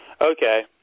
Okay